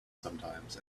sometimes